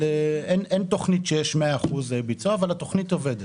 אבל אין תכנית שיש מאה אחוזי ביצוע אבל התכנית עובדת.